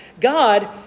God